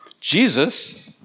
Jesus